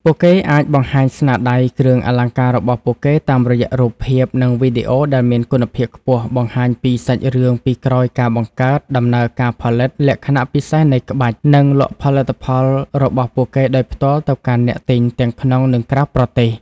ពួកគេអាចបង្ហាញ ស្នាដៃ គ្រឿងអលង្ការរបស់ពួកគេតាមរយៈរូបភាព និងវីដេអូដែលមានគុណភាពខ្ពស់ បង្ហាញពី សាច់រឿងពីក្រោយការបង្កើត (ដំណើរការផលិត លក្ខណៈពិសេសនៃក្បាច់) និង លក់ផលិតផល របស់ពួកគេដោយផ្ទាល់ទៅកាន់អ្នកទិញទាំងក្នុង និងក្រៅប្រទេស។